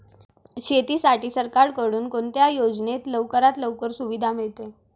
शेतीसाठी सरकारकडून कोणत्या योजनेत लवकरात लवकर सुविधा मिळते?